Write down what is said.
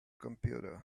computer